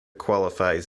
qualifies